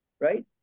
right